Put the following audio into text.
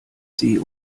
sie